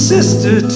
Sister